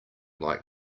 like